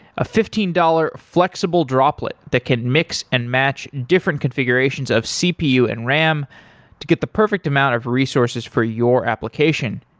a fifteen dollars flexible droplet that can mix and match different configurations of cpu and ram to get the perfect amount of resources for your application.